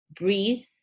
breathe